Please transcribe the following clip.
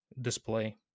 display